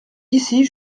ici